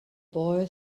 boy